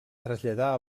traslladar